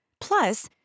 Plus